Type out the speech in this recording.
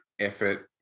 effort